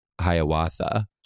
hiawatha